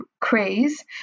craze